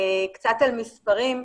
קצת על מספרים.